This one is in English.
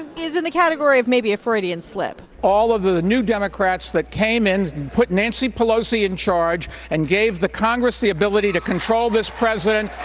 is in the category of, maybe, a freudian slip all of the new democrats that came in put nancy pelosi in charge and gave the congress the ability to control this president.